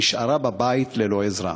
נשארה בבית ללא עזרה.